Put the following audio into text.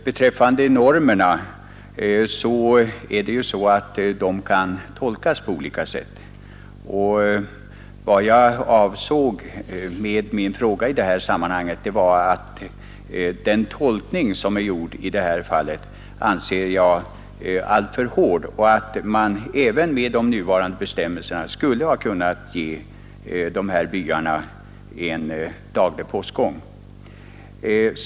Herr talman! Normer kan tolkas på olika sätt. Jag avsåg med min fråga att få fram att den tolkning som gjorts i det här fallet var alltför hård och att man även med de nuvarande bestämmelserna skulle ha kunnat ge dessa byar en daglig postgång.